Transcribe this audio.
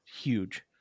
huge